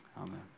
amen